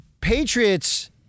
Patriots